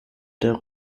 der